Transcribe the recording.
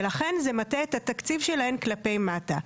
ולכן זה מטה את התקציב שלהם כלפי מטה.